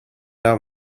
out